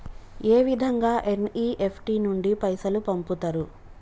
ఏ విధంగా ఎన్.ఇ.ఎఫ్.టి నుండి పైసలు పంపుతరు?